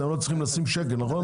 אתם לא צריכים לשים שקל, נכון?